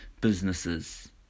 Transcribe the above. businesses